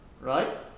right